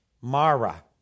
Mara